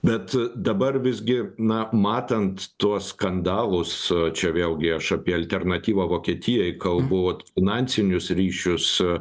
bet dabar visgi na matant tuos skandalus čia vėlgi aš apie alternatyvą vokietijai kalbu finansinius ryšius